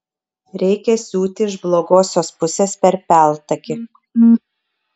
reikia siūti iš blogosios pusės per peltakį